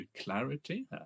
clarity